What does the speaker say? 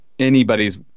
Anybody's